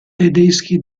tedeschi